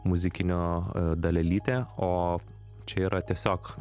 muzikinio dalelytė o čia yra tiesiog